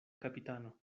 kapitano